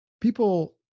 People